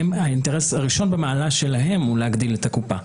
האינטרס הראשון במעלה שלהם הוא להגדיל את הקופה.